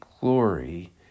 glory